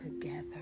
together